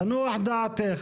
תנוח דעתך.